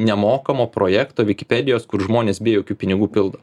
nemokamo projekto vikipedijos kur žmonės be jokių pinigų pildo